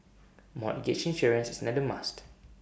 mortgage insurance is another must